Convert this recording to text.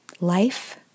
life